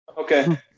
Okay